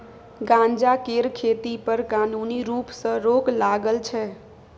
गांजा केर खेती पर कानुनी रुप सँ रोक लागल छै